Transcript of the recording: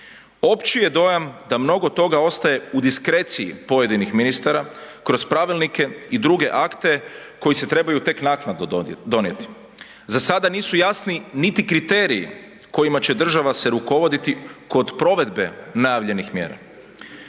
Opći je dojam da mnogo toga ostaje u diskreciji pojedinih ministara kroz pravilnike i druge akte koji se trebaju tek naknadno donijeti. Za sada nisu jasni niti kriteriji kojima će se država rukovoditi kod provedbe najavljenih mjera.